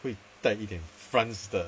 会带一点 france 的